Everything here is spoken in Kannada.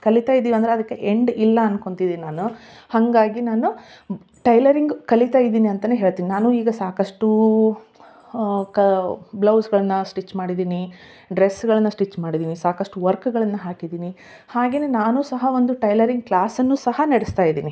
ಕಲಿತ ಇದ್ದೀವಿ ಅಂದರೆ ಅದಕ್ಕೆ ಎಂಡ್ ಇಲ್ಲ ಅನ್ಕೊಳ್ತಿದ್ದೀನಿ ನಾನು ಹಾಗಾಗಿ ನಾನು ಟೈಲರಿಂಗ್ ಕಲಿತ ಇದ್ದೀನಿ ಅಂತಾನೆ ಹೇಳ್ತಿನಿ ನಾನು ಈಗ ಸಾಕಷ್ಟು ಕ ಬ್ಲೌಸ್ಗಳನ್ನ ಸ್ಟಿಚ್ ಮಾಡಿದ್ದೀನಿ ಡ್ರೆಸ್ಗಳನ್ನ ಸ್ಟಿಚ್ ಮಾಡಿದ್ದೀನಿ ಸಾಕಷ್ಟು ವರ್ಕ್ಗಳನ್ನ ಹಾಕಿದ್ದೀನಿ ಹಾಗೆನೇ ನಾನು ಸಹ ಒಂದು ಟೈಲರಿಂಗ್ ಕ್ಲಾಸನ್ನು ಸಹ ನಡೆಸ್ತಾ ಇದೀನಿ